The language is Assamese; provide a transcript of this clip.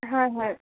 হয় হয়